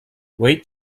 wait